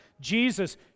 Jesus